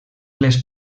les